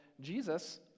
Jesus